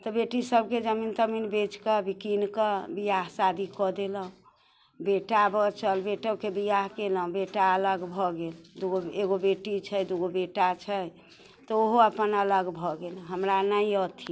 तऽ बेटीसभके जमीन तमीन बेचि कऽ बिकिन कऽ विवाह शादी कऽ देलहुँ बेटा बचल बेटोके विवाह केलहुँ बेटा अलग भऽ गेल दू गो एगो बेटी छै एगो बेटा छै तऽ ओहो अपन अलग भऽ गेल हमरा नहि अथी